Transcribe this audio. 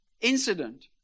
incident